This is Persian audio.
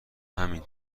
همین